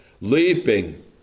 leaping